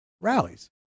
Rallies